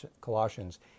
Colossians